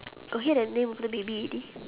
got hear the name of the baby already